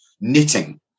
knitting